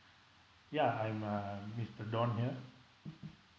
yeah I'm uh mister don here